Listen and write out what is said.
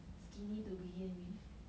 skinny to begin with